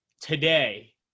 today